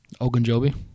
Ogunjobi